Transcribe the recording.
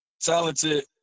talented